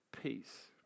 peace